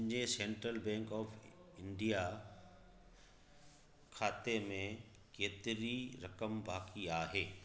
मुंहिंजे Central Bank of India खाते में केतिरी रक़म बाक़ी आहे